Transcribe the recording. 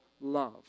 love